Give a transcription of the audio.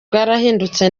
bwarahindutse